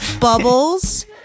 Bubbles